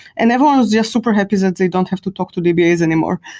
and everyone is just super heavy that they don't have to talk to dbas anymore.